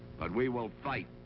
but we will fight,